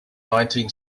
nineteen